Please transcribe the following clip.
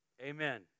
amen